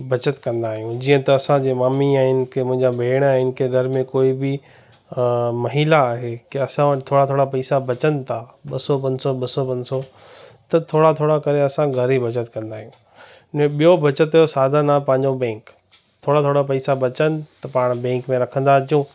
बचति कंदा आहियूं जीअं त असांजी मम्मी आहिनि की मुंहिंजा भेण आहिनि की घर में कोई बि महिला आहे या असां वटि थोरा थोरा पैसा बचनि था ॿ सौ पंज सौ ॿ सौ पंज सौ त थोरा थोरा करे असां घरु ई बचति कंदा आहियूं ने ॿियो बचति जो साधनु आहे पंहिंजो बैंक थोरा थोरा पैसा बचनि त पाण बैंक में रखंदा अचूं